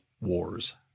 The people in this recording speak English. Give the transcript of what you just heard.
wars